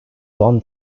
one